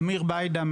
אמיר ביידא,